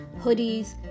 hoodies